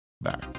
back